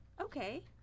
Okay